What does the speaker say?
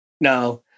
Now